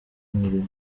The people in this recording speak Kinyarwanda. nkiriho